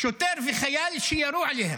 שוטר וחייל שירו עליהם.